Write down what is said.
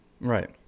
Right